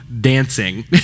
dancing